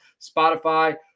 Spotify